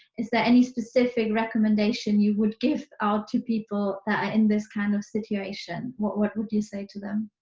is there any specific recommendation you would give out to people that are in this kind of situation? what what would you say to them?